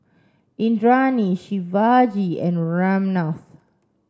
Indranee Shivaji and Ramnath